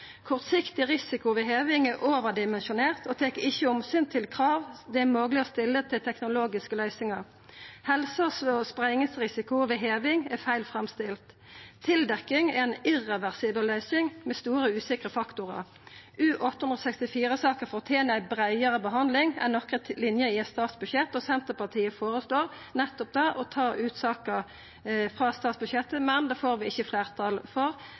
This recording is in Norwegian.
Kortsiktig risiko ved heving er overdimensjonert og tek ikkje omsyn til krav det er mogleg å stilla til teknologiske løysingar. Helse- og spreiingsrisiko ved heving er feil framstilt. Tildekking er ei irreversibel løysing med store usikre faktorar. U-864-saka fortener ei breiare behandling enn nokre linjer i eit statsbudsjett. Senterpartiet føreslår å ta ut saka frå statsbudsjettet, men det får vi ikkje fleirtal for.